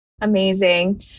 Amazing